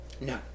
no